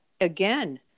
again